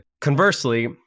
Conversely